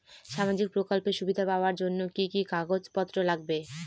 সামাজিক প্রকল্পের সুবিধা পাওয়ার জন্য কি কি কাগজ পত্র লাগবে?